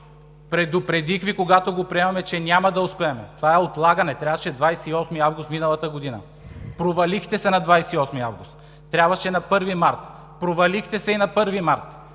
Предупредих Ви, когато го приемахме, че няма да успеем. Това е отлагане – трябваше на 28 август миналата година, провалихте се на 28 август! Трябваше на 1 март – провалихте се и на 1 март!